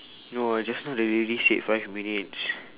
no I just know the lady said five minutes